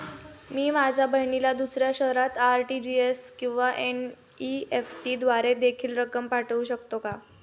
मी माझ्या बहिणीला दुसऱ्या शहरात आर.टी.जी.एस किंवा एन.इ.एफ.टी द्वारे देखील रक्कम पाठवू शकतो का?